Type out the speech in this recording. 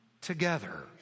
together